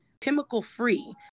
chemical-free